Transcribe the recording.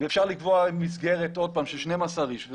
ואפשר לקבוע מסגרת של 12 אנשים.